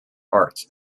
arts